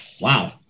Wow